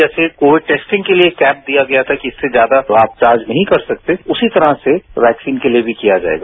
जैसे Covid testing के लिए कैप दिया गया था कि इससे ज्यादा आप चार्ज नहीं कर सकते उसी तरह से वैक्सीन के लिए भी किया जाएगा